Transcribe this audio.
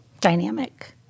dynamic